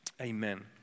Amen